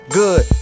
good